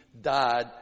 died